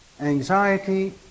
Anxiety